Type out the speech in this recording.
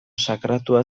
sakratua